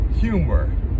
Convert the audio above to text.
humor